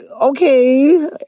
okay